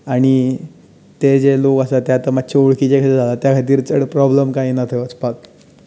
आनी ते जे लोक आसा ते आतां मातशे वळखीचे अशे जाला त्या खातीर चड प्रोब्लम येना थंय वचपाक